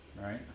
right